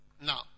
Now